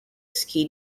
ski